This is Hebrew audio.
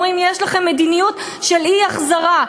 אומרים: יש לכם מדיניות של אי-החזרה,